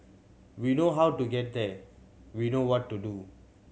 we know how to get there we know what to do